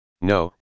No